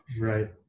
Right